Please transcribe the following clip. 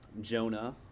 Jonah